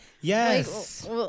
Yes